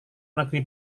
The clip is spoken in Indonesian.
negeri